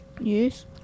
Yes